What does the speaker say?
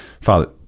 father